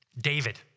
David